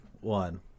one